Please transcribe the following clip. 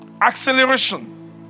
Acceleration